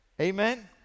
Amen